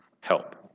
help